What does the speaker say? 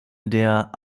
der